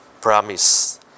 promise